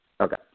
Okay